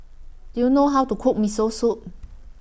Do YOU know How to Cook Miso Soup